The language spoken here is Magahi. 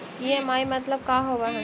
ई.एम.आई मतलब का होब हइ?